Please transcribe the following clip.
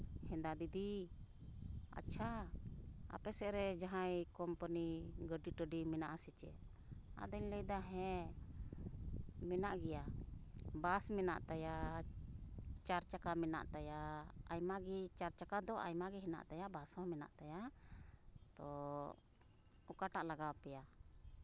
ᱦᱮᱸᱫᱟ ᱫᱤᱫᱤ ᱟᱪᱪᱷᱟ ᱟᱯᱮᱥᱮᱫ ᱨᱮ ᱡᱟᱦᱟᱸᱭ ᱠᱳᱢᱯᱟᱱᱤ ᱜᱟᱹᱰᱤ ᱴᱟᱺᱰᱤ ᱢᱮᱱᱟᱜ ᱟᱥᱮ ᱪᱮᱫ ᱟᱫᱚᱧ ᱞᱟᱹᱭᱫᱟ ᱦᱮᱸ ᱢᱮᱱᱟᱜ ᱜᱮᱭᱟ ᱵᱟᱥ ᱢᱮᱱᱟᱜ ᱛᱟᱭᱟ ᱪᱟᱨ ᱪᱟᱠᱟ ᱢᱮᱱᱟᱜ ᱛᱟᱭᱟ ᱪᱟᱨ ᱪᱟᱠᱟ ᱫᱚ ᱟᱭᱢᱟ ᱜᱮ ᱦᱮᱱᱟᱜ ᱛᱟᱭᱟ ᱵᱟᱥ ᱦᱚᱸ ᱢᱮᱱᱟᱜ ᱛᱟᱭᱟ ᱛᱳ ᱚᱠᱟᱴᱟᱜ ᱞᱟᱜᱟᱣ ᱯᱮᱭᱟ